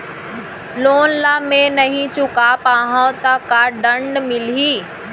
Loan ला मैं नही चुका पाहव त का दण्ड मिलही?